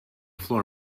floor